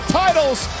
titles